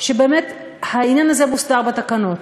שבאמת העניין הזה מוסדר בתקנות.